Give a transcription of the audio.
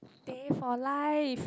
teh for life